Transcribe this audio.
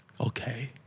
Okay